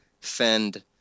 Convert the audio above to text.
Fend